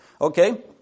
okay